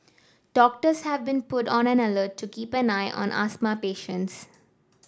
doctors have been put on alert to keep an eye on asthma patients